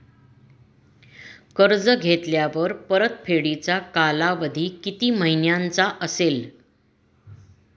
कर्ज घेतल्यावर परतफेडीचा कालावधी किती महिन्यांचा असेल?